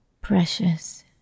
Precious